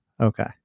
okay